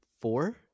Four